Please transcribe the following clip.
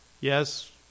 Yes